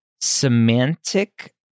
Semantic